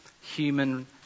human